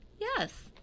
Yes